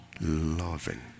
loving